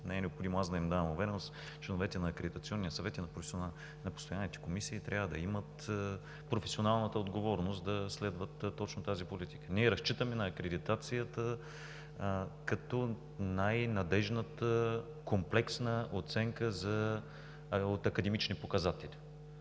Не е необходимо аз да им давам увереност. Членовете на Акредитационния съвет и на постоянните комисии трябва да имат професионалната отговорност да следват точно тази политика. Ние разчитаме на акредитацията като на най-надеждната комплексна оценка от академични показатели.